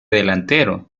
delantero